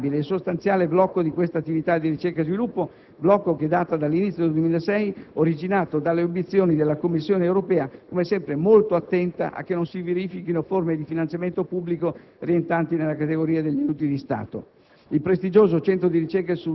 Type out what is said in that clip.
Risulta così finalmente superabile il sostanziale blocco di queste attività di ricerca e sviluppo, che data dall'inizio del 2006, originato dalle obiezioni della Commissione europea, come sempre molto attenta a che non si verifichino forme di finanziamento pubblico rientranti nella categoria degli aiuti di Stato.